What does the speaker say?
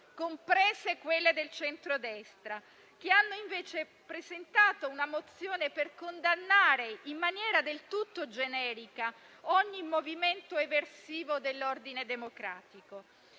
comprese quelle del centrodestra, che hanno invece presentato una mozione per condannare, in maniera del tutto generica, ogni movimento eversivo dell'ordine democratico.